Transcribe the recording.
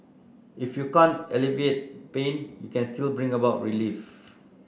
if you can't alleviate pain you can still bring about relief